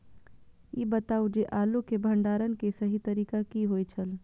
ई बताऊ जे आलू के भंडारण के सही तरीका की होय छल?